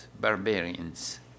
barbarians